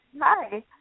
Hi